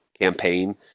campaign